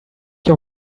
your